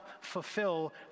fulfill